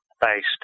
based